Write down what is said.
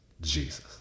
Jesus